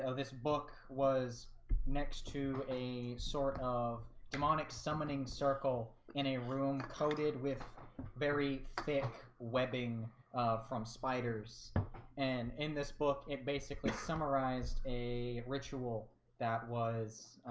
ah this book was next to a sort of demonic summoning circle in a room coated with very thick webbing from spiders and in this book it basically summarized a ritual that was